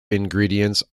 ingredients